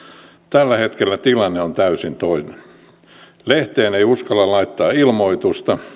tällä hetkellä tilanne on täysin toinen lehteen ei uskalla laittaa ilmoitusta